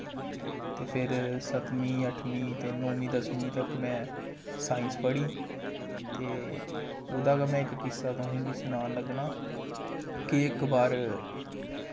ते फिर सतमीं अठमीं ते नौमीं दसमीं तक में साइंस पढ़ी ते ओह्दा गै में इक किस्सा तुसें गी सनान लग्गना कि इक बार